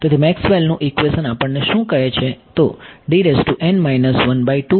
તેથી મેકસવેલનું ઇક્વેશન આપણને શું કહે છે